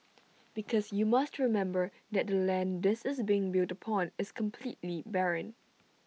because you must remember that the land this is being built upon is completely barren